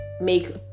make